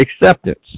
acceptance